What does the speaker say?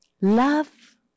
Love